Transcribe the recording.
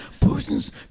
Putin's